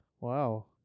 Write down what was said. Wow